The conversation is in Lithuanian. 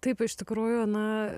taip iš tikrųjų na